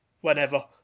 whenever